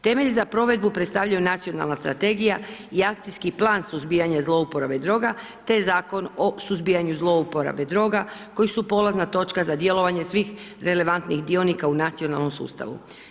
Temelj za provedbu predstavljaju Nacionalna strategija i akcijski plan suzbijanja zlouporabe droga te Zakon o suzbijanju zlouporabe droga koji su polazna točka svih relevantnih dionika u nacionalnom sustavu.